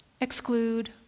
Exclude